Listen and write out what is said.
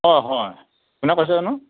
অ' হয় কোনে কৈছে জানো